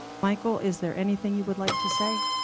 michael, is there anything you would like to say?